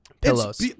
Pillows